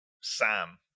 Sam